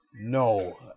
No